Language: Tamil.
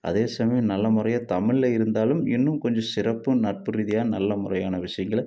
அதே சமயம் நல்ல முறையாக தமிழியோல் இருந்தாலும் இன்னும் கொஞ்சம் சிறப்பும் நட்பு ரீதியாக நல்ல முறையான விஷயங்களை